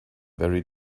very